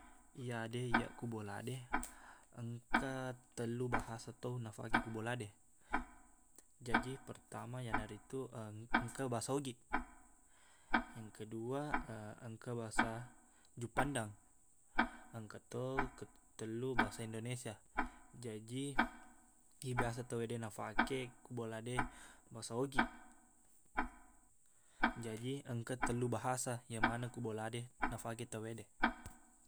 Iyade iyaq ku bola de, engka tellu bahasa to nafake ku bola de. Jaji pertama, iyanaritu engka bahasa Ogiq. Yang kedua, engka bahasa Juppandang. Engkato ketellu, bahasa Indonesia. Jaji iye biasa tauwede nafake ku bola de, bahasa Ogiq. Jaji engka tellu bahasa iye maneng ku bola de nafake tauwede.